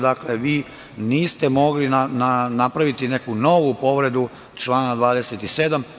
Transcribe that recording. Dakle, vi niste mogli napraviti neku novu povredu člana 27.